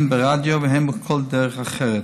הן ברדיו והן בכל דרך אחרת.